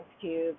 Cube